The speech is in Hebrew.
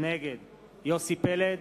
נגד יוסי פלד,